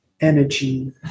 energy